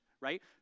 right